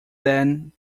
then